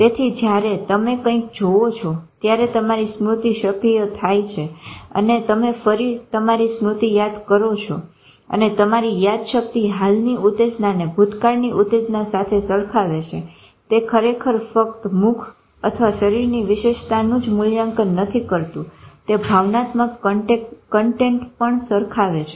તેથી જયારે તમે કંઈક જોવો છો ત્યારે તમારી સ્મૃતિ સક્રિય થઇ જાય છે અને તમે ફરી તમારી સ્મૃતિ યાદ કરો છો અને તમારી યાદશક્તિ હાલની ઉતેજ્નાને ભૂતકાળની ઉતેજના સાથે સરખાવે છે તે ખરેખર ફક્ત મુખ અથવા શરીરની વિશેષતાનું જ મૂલ્યાંકન નથી કરતું તે ભાવનાત્મક કન્ટેન્ટ પર સરખાવે છે